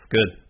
Good